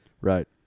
Right